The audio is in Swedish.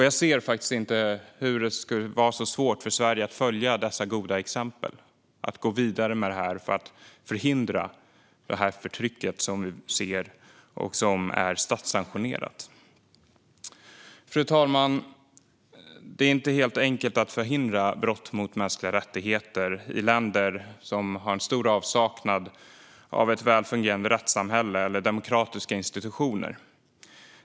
Jag ser faktiskt inte hur det kan vara så svårt för Sverige att följa dessa goda exempel och gå vidare med det här för att förhindra förtrycket som vi ser och som är statssanktionerat. Fru talman! Det är inte helt enkelt att förhindra brott mot mänskliga rättigheter i länder som har en stor avsaknad av ett väl fungerande rättssamhälle eller demokratiska institutioner.